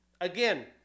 Again